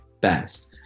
best